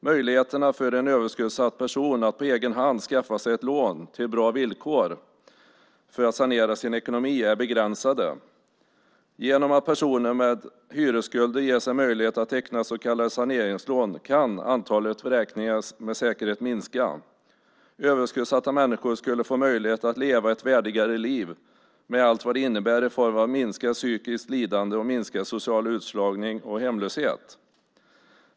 Möjligheterna för en överskuldsatt person att på egen hand skaffa sig ett lån till bra villkor för att sanera sin ekonomi är begränsade. Genom att personer med hyresskulder ges en möjlighet att teckna så kallade saneringslån kan antalet vräkningar helt säkert minska. Överskuldsatta människor skulle få möjlighet att leva ett värdigare liv med allt vad det innebär i form av minskat psykiskt lidande och minskad social utslagning och hemlöshet.